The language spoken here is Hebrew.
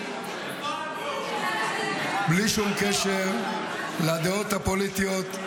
-- בלי שום קשר לדעות הפוליטיות,